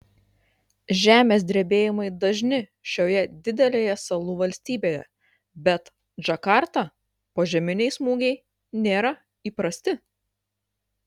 žemės drebėjimai dažni šioje didelėje salų valstybėje bet džakartą požeminiai smūgiai nėra įprasti